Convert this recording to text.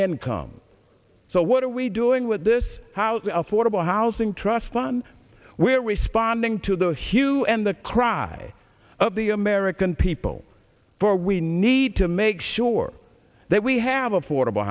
income so what are we doing with this house affordable housing trust fund we're responding to the hue and the cry of the american people for we need to make sure that we have affordable